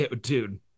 Dude